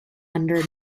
under